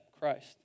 Christ